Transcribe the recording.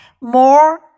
more